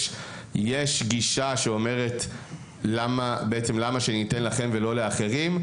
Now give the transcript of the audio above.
יש גישה שאומרת בעצם למה שניתן לכם ולא לאחרים,